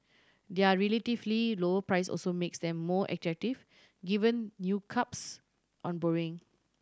their relatively lower price also makes them more attractive given new curbs on borrowing